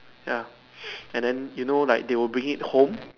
ya and then you know like they will bring it home